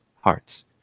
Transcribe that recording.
hearts